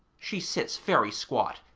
she sits very squat,